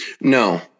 No